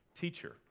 teacher